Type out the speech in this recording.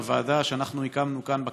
של הוועדה שאנחנו הקמנו כאן בכנסת,